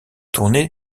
tourné